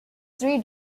three